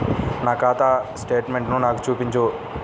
నా ఖాతా స్టేట్మెంట్ను నాకు చూపించు